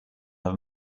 have